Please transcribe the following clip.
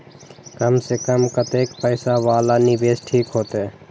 कम से कम कतेक पैसा वाला निवेश ठीक होते?